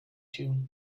two